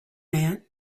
man